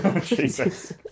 Jesus